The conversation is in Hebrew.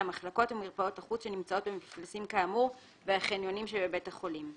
המחלקות ומרפאות החוץ שנמצאות במפלסים כאמור והחניונים שבבית החולים.